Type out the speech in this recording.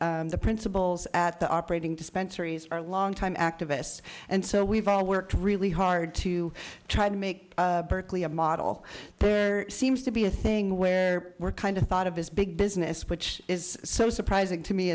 that the principals at the operating dispensaries are long time activists and so we've all worked really hard to try to make berkeley a model seems to be a thing where we're kind of thought of is big business which is so surprising to me